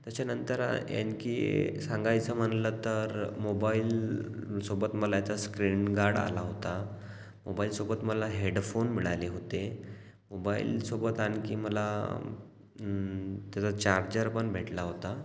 त्याच्यानंतर यआणखी सांगायचं म्हणलं तर मोबाइलसोबत मला याचा स्क्रीनगार्ड आला होता मोबाइलसोबत मला हेडफोन मिळाले होते मोबाइलसोबत आणखी मला त्याचा चार्जरपण भेटला होता